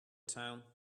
town